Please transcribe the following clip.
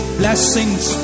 blessings